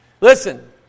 Listen